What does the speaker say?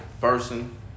person